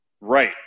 Right